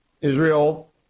Israel